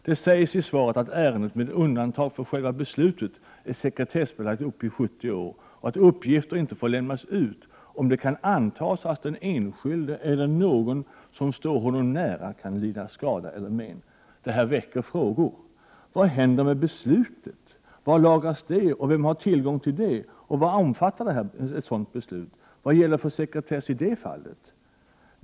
Det sägs i svaret att ärendet med undantag för själva beslutet är sekretessbelagt upp till 70 år och att uppgifter inte får lämnas ut om det kan antas att den enskilde eller någon som står honom nära kan lida skada eller men. Det här väcker frågor: Vad händer med beslutet? Var lagras det? Och vem har tillgång till det? Vad omfattar ett sådant beslut? Vilken sekretess gäller i sådant fall?